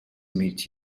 meet